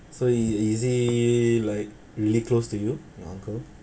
so is i~ is it like really close to you your uncle